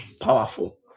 powerful